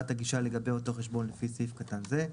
הגישה לגבי אותו חשבון לפי סעיף קטן זה.